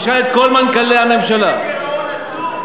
תשאל את כל מנכ"לי הממשלה, אבל הביא לגירעון עצום.